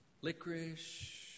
licorice